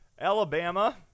Alabama